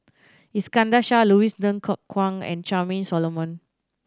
Iskandar Shah Louis Ng Kok Kwang and Charmaine Solomon